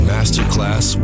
Masterclass